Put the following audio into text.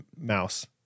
mouse